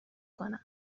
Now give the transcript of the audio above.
کنم